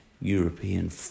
European